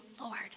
Lord